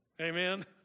Amen